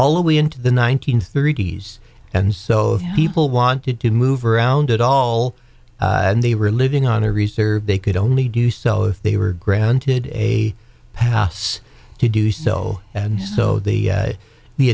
all the way into the one nine hundred thirty s and so people wanted to move around at all and they were living on a reserve they could only do so if they were granted a pass to do so and so the